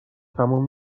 تموم